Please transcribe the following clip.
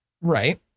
Right